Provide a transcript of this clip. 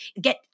get